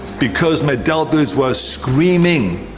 because my deltoids were screaming.